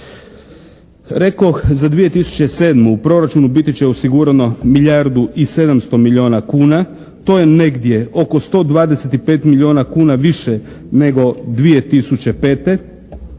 Rekoh za 2007. u proračunu biti će osigurano milijardu i 700 milijuna kuna. To je negdje oko 125 milijuna kuna više nego 2005.